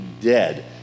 dead